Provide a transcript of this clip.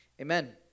Amen